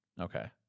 okay